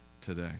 today